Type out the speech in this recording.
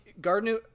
gardner